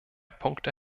punkte